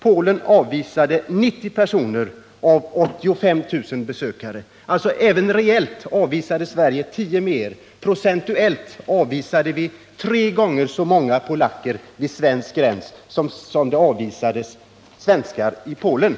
Polen avvisade 90 av 85 000 besökare från Sverige. Sverige avvisade alltså även reellt 10 fler än Polen. Procentuellt avvisade vi tre gånger så många polacker vid svensk gräns som man vid polsk gräns avvisade svenska besökare.